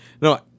no